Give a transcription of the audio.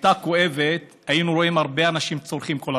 הייתה כואבת היינו רואים הרבה אנשים צורחים כל הזמן.